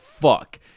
fuck